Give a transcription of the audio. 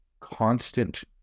constant